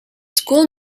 school